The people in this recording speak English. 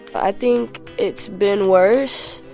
i think it's been worse,